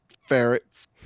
ferrets